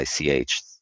ich